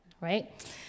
right